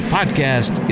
Podcast